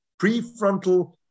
prefrontal